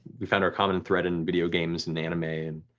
we found our common thread in video games and anime. and